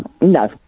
No